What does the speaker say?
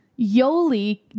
Yoli